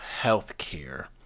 healthcare